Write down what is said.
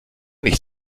nicht